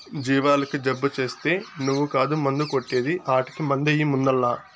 జీవాలకు జబ్బు చేస్తే నువ్వు కాదు మందు కొట్టే ది ఆటకి మందెయ్యి ముందల్ల